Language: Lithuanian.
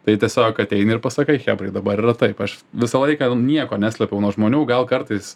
tai tiesiog ateini ir pasakai chebrai dabar yra taip aš visą laiką nieko neslėpiau nuo žmonių gal kartais